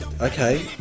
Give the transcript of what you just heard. okay